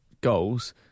goals